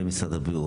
ומשרד הבריאות,